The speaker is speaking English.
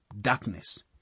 darkness